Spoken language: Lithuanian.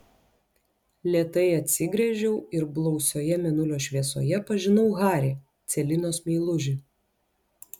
lėtai atsigręžiau ir blausioje mėnulio šviesoje pažinau harį celinos meilužį